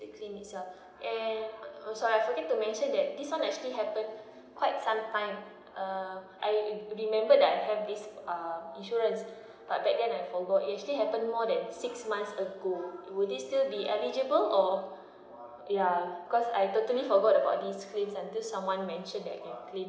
the claim itself and nineuh) sorry I forget to mention that this one actually happened quite some time uh I remembered thatI have this uh insurance but back then I forgot it actually happened more than six months ago would this still be eligible or ya because I totally forgot about this claim until someone mentioned that I can claim